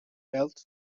health